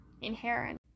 inherent